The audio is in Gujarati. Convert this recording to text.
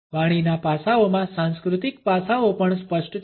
વાણીના પાસાઓમાં સાંસ્કૃતિક પાસાઓ પણ સ્પષ્ટ છે